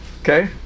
Okay